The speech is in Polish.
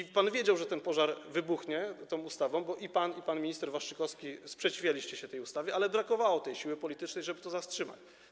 I pan wiedział, że ten pożar wybuchnie w związku z tą ustawą, bo i pan, i pan minister Waszczykowski sprzeciwialiście się tej ustawie, ale brakowało tej siły politycznej, żeby to zatrzymać.